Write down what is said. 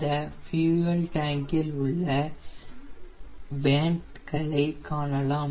இந்த ஃபியூயெல் டேங்க்இல் உள்ள வேண்ட் களை காணலாம்